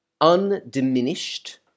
undiminished